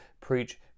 preach